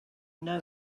know